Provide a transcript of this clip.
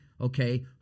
okay